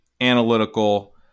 analytical